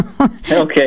Okay